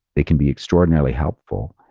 they can be extraordinarily helpful.